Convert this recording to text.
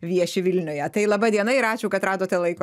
vieši vilniuje tai laba diena ir ačiū kad radote laiko